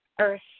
earth